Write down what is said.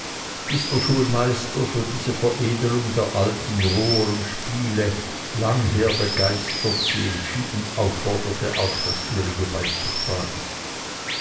bis der schulmeister für diese veredlung der alten roheren spiele langher begeistert sie entschieden aufforderte auch das ihrige beizutragen